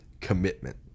commitment